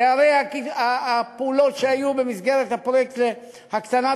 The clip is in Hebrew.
כי הרי הפעולות שהיו במסגרת הפרויקט להקטנת